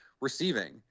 receiving